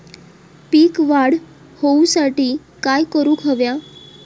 पीक वाढ होऊसाठी काय करूक हव्या?